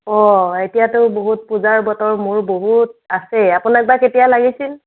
অ এতিয়াতো বহুত পূজাৰ বতৰ মোৰ বহুত আছেই আপোনাক বা কেতিয়া লাগিছিল